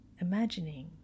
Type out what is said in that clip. imagining